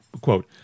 Quote